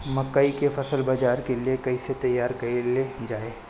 मकई के फसल बाजार के लिए कइसे तैयार कईले जाए?